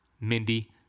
Mindy